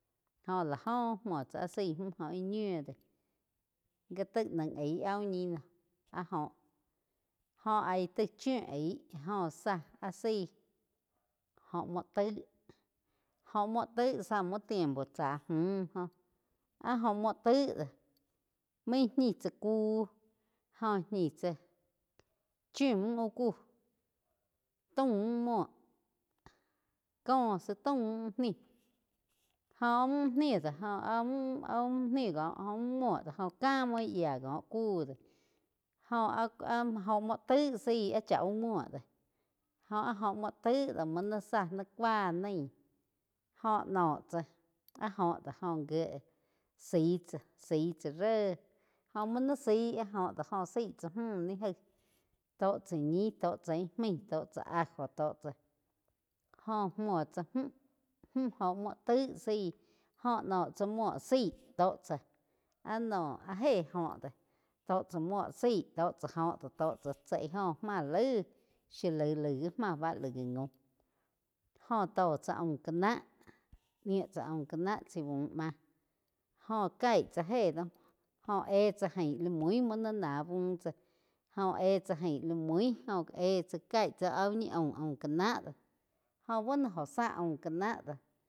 Jó la óh múo tsá áh zaíh mjo óh muo íh ñiu do gá tai naíh aíg áh úh ñi noh áh joh óh aíg taí chíu aig jóh zá áh zaí óh múo taig, óh múo taig zá muo tiempo tsá múh joh áh óh múo taig do main ñi tsá kuh jóh ñi tsá chíu múo uh kuh taúm múh úh múo có tsi taúm múh úh nih jó áh úh nih do joh áh mú-áh mú úh ni do jó úh múo do ká múo gíe yía cóh ku do jóa áh-áh óho múo taig zaí áh chá úh múo do. Jó áh óh múo taig do múo ná zá ni cúa naí jóh noh tsáh áh joh dóh óh gíe zaí tsá, zaí tsá ré óh múo naí zái áh óh do joh zaí tsá múh ni jaig tó chá ñi, tó cha ih maig tó cha ajo tó cha jóh múo tsá mju óh muo taig zaí óhh nóh tsá múo zaí tó chá ah noh héh óh dé tó tsá múo zaí tó tsá óhh do tó tsa. Tsi óh má laig shi laig laig gi má oh la gaum jóh tó cha aum ká náh niu tsá aum ká náh chai buh máh jóh caig tsá héh do óh éh chá jain la mui múo naí ná buh tsá, jóh éh chá jain la múi joh éh chá caig tsá áh úh ñi aum ká náh do joh búo no óh zá aum ká na doh.